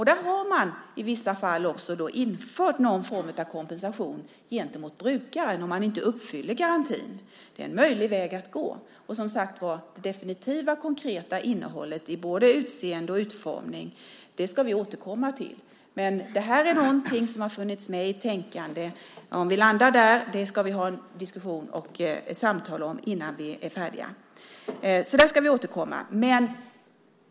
Där har man i vissa fall också infört någon form av kompensation gentemot brukaren om man inte uppfyller garantin. Det är en möjlig väg att gå. Vi ska som sagt återkomma till det definitiva och konkreta innehållet i både utseende och utformning. Men det här är någonting som har funnits med i tänkandet. Om vi landar där - det ska vi ha en diskussion och ett samtal om innan vi är färdiga. Där ska vi återkomma.